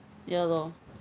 ya lor